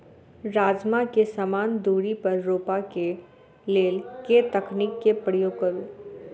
राजमा केँ समान दूरी पर रोपा केँ लेल केँ तकनीक केँ प्रयोग करू?